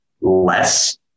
less